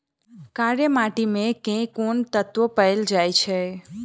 कार्य माटि मे केँ कुन तत्व पैल जाय छै?